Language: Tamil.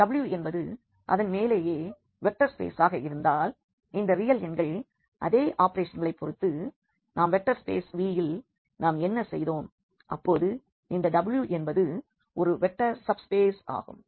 Wஎன்பது அதன் மேலேயே வெக்டர் ஸ்பேசாக இருந்தால் இந்த ரியல் எண்கள் அதே ஆபரேஷன்களை பொறுத்து நாம் வெக்டர் ஸ்பேஸ் Vயில் நாம் என்ன செய்தோம் அப்பொழுது இந்த W என்பது ஒரு வெக்டர் சப்ஸ்பேஸ் ஆகும்